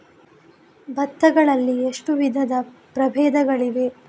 ಭತ್ತ ಗಳಲ್ಲಿ ಎಷ್ಟು ವಿಧದ ಪ್ರಬೇಧಗಳಿವೆ?